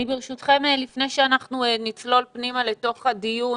ברשותכם, לפני שנצלול פנימה לתוך הדיון,